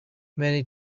many